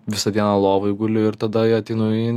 visą dieną lovoj guliu ir tada jo ateinu į